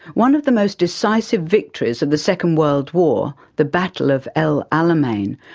one of the most decisive victories of the second world war, the battle of el alamein,